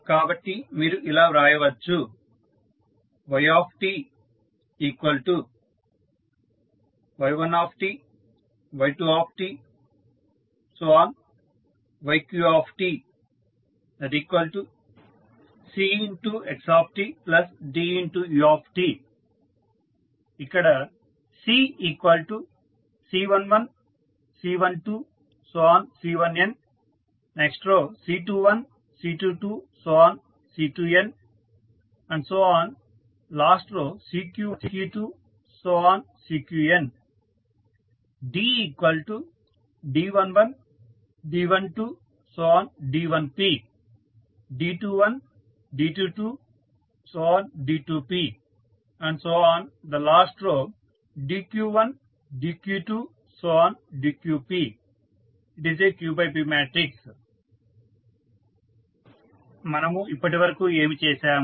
కాబట్టి మీరు ఇలా వ్రాయవచ్చు yty1 y2 yq CxtDu Cc11 c12 c1n c21 c22 c2n ⋮⋱ cq1 cq2 cqn Dd11 d12 d1p d21 d22 d2p ⋮⋱ dq1 dq2 dqp మనం ఇప్పటివరకు ఏమి చేసాము